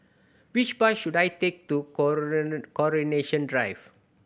which bus should I take to Coronation Drive